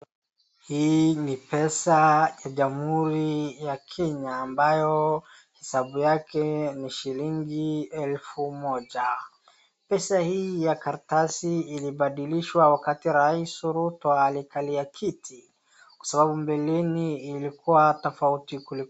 Hii ni pesa ya jamhuri ya kenya ambayo hesabu yake ni shilingi elfu moja pesa hii ya karatasi ilibadilishwa wakati rais Ruto alikalia kiti kwa sababu mbeleni ilikuwa tofauti